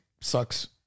sucks